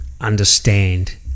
understand